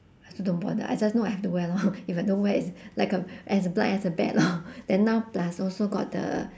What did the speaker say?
I also don't bother I just know I have to wear lor if I don't wear is like a as blind as the bat lor then now plus also got the